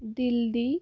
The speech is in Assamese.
দিল্লী